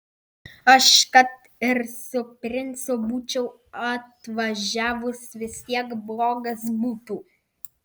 aš kad ir su princu būčiau atvažiavus vis tiek blogas būtų